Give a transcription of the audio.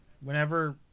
whenever